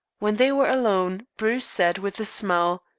when they were alone bruce said, with a smile